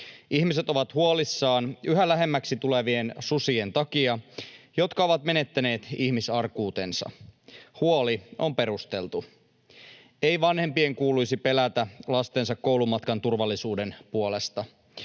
Ihmiset ovat huolissaan yhä lähemmäksi tulevien susien takia, jotka ovat menettäneet ihmisarkuutensa. Huoli on perusteltu. Ei vanhempien kuuluisi pelätä lastensa koulumatkan turvallisuuden puolesta,